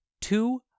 two